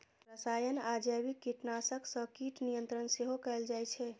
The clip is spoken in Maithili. रसायन आ जैविक कीटनाशक सं कीट नियंत्रण सेहो कैल जाइ छै